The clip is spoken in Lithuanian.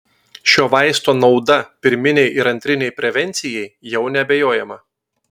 šio vaisto nauda pirminei ir antrinei prevencijai jau neabejojama